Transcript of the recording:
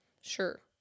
Sure